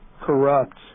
corrupt